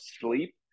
sleep